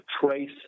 trace